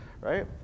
Right